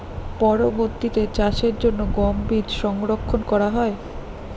পরবর্তিতে চাষের জন্য গম বীজ সংরক্ষন করা হয়?